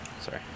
Sorry